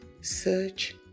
Search